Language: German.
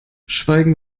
schweigen